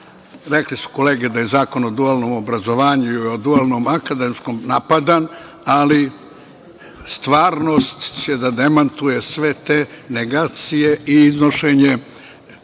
Rekle su kolege da je Zakon o dualnom obrazovanju i o dualnom akademskom napadan, ali stvarnost će da demantuje sve te negacije i iznošenje